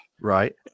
right